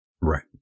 Right